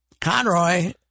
Conroy